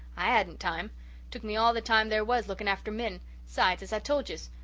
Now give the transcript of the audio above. i hadn't time took me all the time there was looking after min. sides, as i told yez,